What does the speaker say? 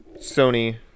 sony